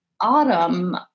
autumn